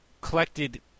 collected